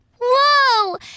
Whoa